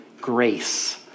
grace